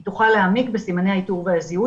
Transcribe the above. היא תוכל להעמיק בסימני האיתור והזיהוי.